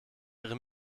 ihre